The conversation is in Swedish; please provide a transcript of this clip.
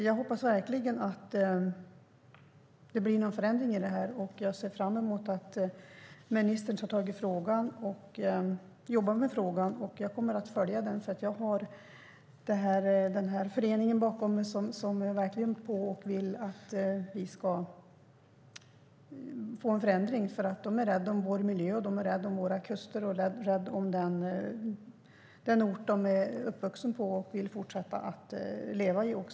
Jag hoppas verkligen att det blir någon förändring här, och jag ser fram emot att ministern tar tag i och jobbar med frågan. Jag kommer att följa den. Jag har föreningen bakom mig som verkligen vill att vi ska få en förändring till stånd. I föreningen är man rädd om vår miljö och våra kuster och den ort som man är uppvuxen i och vill fortsätta att leva där.